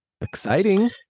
exciting